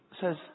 says